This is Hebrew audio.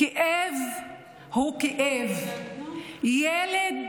כאב הוא כאב, ילד